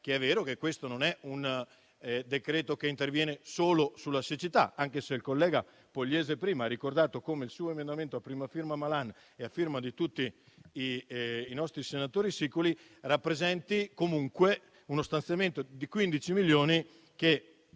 che è vero che questo non è un decreto-legge che interviene solo sulla siccità. Il collega Pogliese ha prima ricordato che l'emendamento a prima firma Malan, sottoscritto da tutti i nostri senatori siciliani, rappresenti comunque uno stanziamento di 15 milioni, che